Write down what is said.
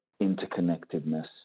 interconnectedness